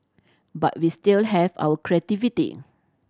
but we still have our creativity